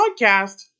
podcast